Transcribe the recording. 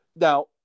Now